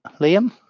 Liam